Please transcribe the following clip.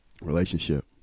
Relationship